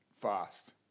fast